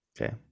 Okay